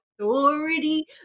authority